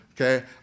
Okay